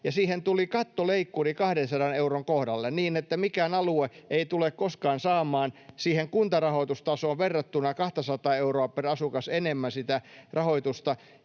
siihen tuli kattoleikkuri 200 euron kohdalle niin, että mikään alue ei tule koskaan saamaan siihen kuntarahoitustasoon verrattuna 200:aa euroa per asukas enemmän sitä rahoitusta.